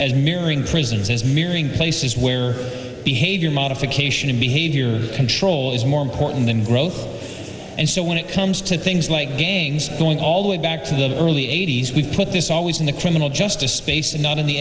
as mirroring presences mirroring places where behavior modification and behavior control is more important than growth and so when it comes to things like gangs going all the way back to the early eighty's we put this always in the criminal justice space and not in the